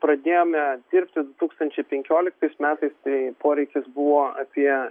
pradėjome dirbti du tūkstančiai penkioliktais metais tai poreikis buvo apie